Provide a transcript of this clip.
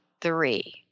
three